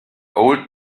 old